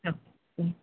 okay ಹ್ಞೂ